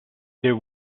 there